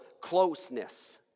closeness